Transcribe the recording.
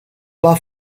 pas